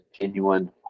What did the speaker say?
genuine